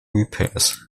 repairs